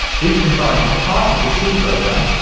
we've combined part of the c program,